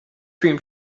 cream